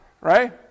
right